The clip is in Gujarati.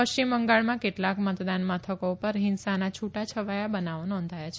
પશ્ચિમ બંગાળમાં કેટલાક મતદાન મથકો પર હિંસાના છુટા છવાયા બનાવો નોંધાયા છે